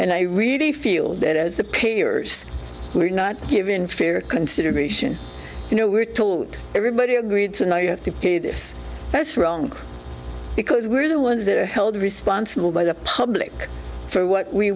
and i really feel that as the peers we're not given fair consideration you know we're taught everybody agreed to no you have to pay this that's wrong because we're the ones that are held responsible by the public for what we